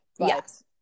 Yes